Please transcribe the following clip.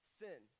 sin